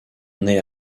naît